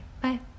Bye